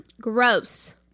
Gross